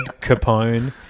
Capone